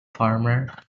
farmer